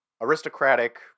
aristocratic